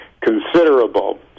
considerable